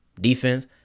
defense